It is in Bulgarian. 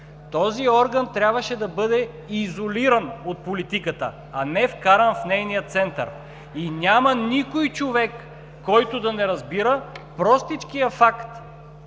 Този орган трябваше да бъде изолиран от политиката, а не вкаран в нейния център. И няма човек, който да не разбира простичкия факт,